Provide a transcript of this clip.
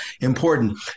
important